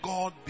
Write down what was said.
God